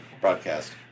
broadcast